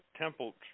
temple